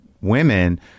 women